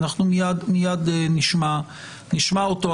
אנחנו מיד נשמע אותו.